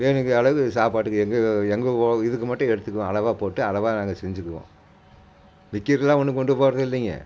வேணுங்கிற அளவுக்கு சாப்பாட்டுக்கு எங்கள் எங்கள் இதுக்கு மட்டும் எடுத்துக்குவோம் அளவாக போட்டு அளவாக நாங்கள் செஞ்சுக்குவோம் விற்கிறக்கலாம் ஒன்றும் கொண்டு போகிறதில்லைங்க